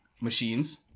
machines